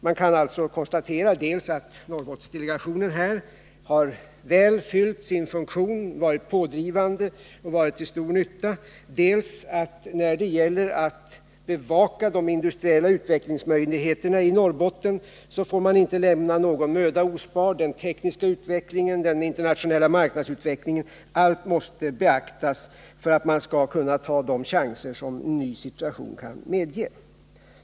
Man bör alltså konstatera dels att Norrbottendelegationen väl har fyllt sin funktion att vara pådrivande, dels att när det gäller att bevaka de industriella utvecklingsmöjligheterna i Norrbotten får man inte spara någon möda. Den tekniska utvecklingen, den internationella marknadsutvecklingen — allt måste beaktas för att man skall kunna ta de chanser som yppar sig i en ny situation.